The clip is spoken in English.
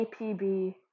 APB